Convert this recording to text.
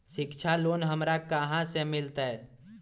शिक्षा लोन हमरा कहाँ से मिलतै?